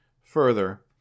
Further